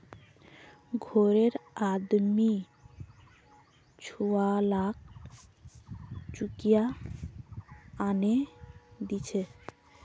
घररे आदमी छुवालाक चुकिया आनेय दीछे